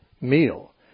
meal